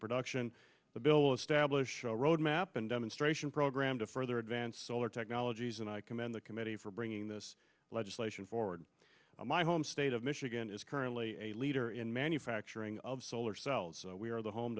production the bill establish a road map and demonstration program to further advanced solar technologies and i commend the committee for bringing this legislation forward my home state of michigan is currently a leader in manufacturing of solar cells we are the home